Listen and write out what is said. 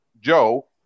Joe